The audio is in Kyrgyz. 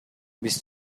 биз